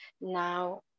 Now